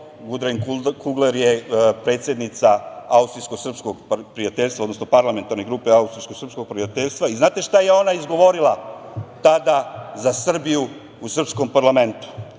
Gudren Kugler je predsednica austrijsko-srpskog prijateljstva, odnosno parlamentarne grupe austrijsko-sprskog prijateljstva i znate šta je ona izgovorila tada za Srbiju u srpskom parlamentu.